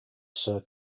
sir